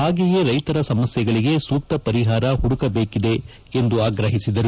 ಹಾಗೆಯೇ ರೈತರ ಸಮಸ್ಯೆಗಳಿಗೆ ಸೂಕ್ತ ಪರಿಹಾರ ಹುದುಕಬೇಕಿದೆ ಎಂದು ಆಗ್ರೆಹಿಸಿದರು